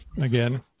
again